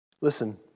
Listen